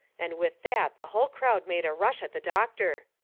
and with that the hull crowd made a rush at the doctor.